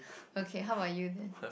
okay how about you then